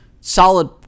solid